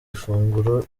ifunguro